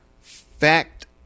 fact